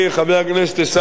כבוד המציע,